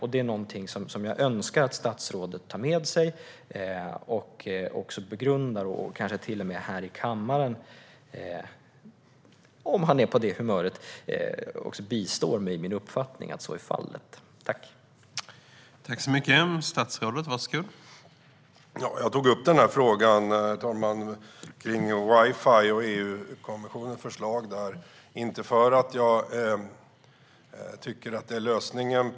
Detta är någonting som jag önskar att statsrådet tar med sig och också begrundar och kanske till och med bistår mig i min uppfattning om han är på det humöret.